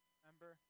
Remember